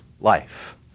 life